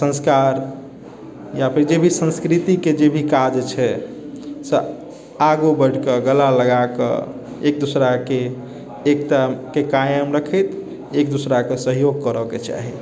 संस्कार या फेर जे भी संस्कृति के जे भी काज छै आगू बढ़िके गला लगाके एक दोसराके एकताके कायम रखैत एक दोसराके सहयोग करऽ के चाही